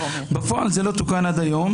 בפועל זה לא תוקן עד היום,